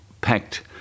packed